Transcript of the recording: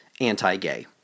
anti-gay